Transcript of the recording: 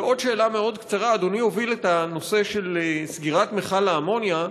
ועוד שאלה מאוד קצרה: אדוני הוביל את הנושא של סגירת מכל האמוניה.